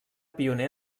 pioner